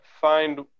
find